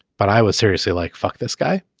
but i was seriously like fuck this guy